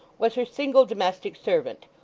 was her single domestic servant,